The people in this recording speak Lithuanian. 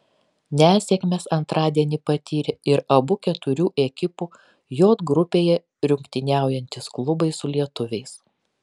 nesėkmes antradienį patyrė ir abu keturių ekipų j grupėje rungtyniaujantys klubai su lietuviais